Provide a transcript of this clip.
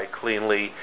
cleanly